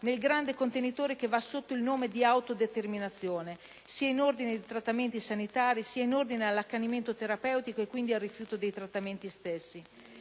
nel grande contenitore che va sotto il nome di autodeterminazione, sia in ordine ai trattamenti sanitari, sia in ordine all'accanimento terapeutico e, quindi, al rifiuto dei trattamenti stessi.